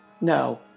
No